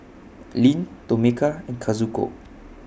Lyn Tomeka and Kazuko